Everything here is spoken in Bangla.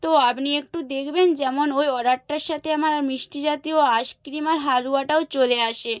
তো আপনি একটু দেখবেন যেমন ওই অর্ডারটার সাথে আমার আর মিষ্টি জাতীয় আইসক্রিম আর হালুয়াটাও চলে আসে